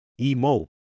emo